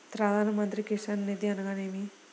ప్రధాన మంత్రి కిసాన్ నిధి అనగా నేమి?